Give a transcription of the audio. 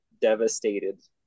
devastated